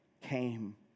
came